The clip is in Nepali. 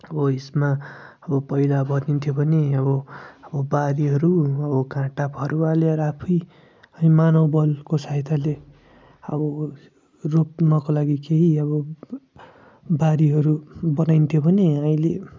अब यसमा अब पहिला भनिन्थ्यो भने अब अब बारीहरू अब काँटा फरुवा लिएर आफै मानव बलको सहायताले अब रोप्नका लागि केही अब बारीहरू बनाइन्थ्यो भने अहिले